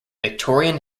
victorian